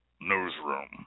newsroom